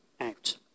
out